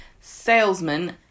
salesman